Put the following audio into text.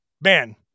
man